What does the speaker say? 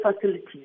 facilities